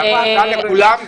זה המלצה לאולם?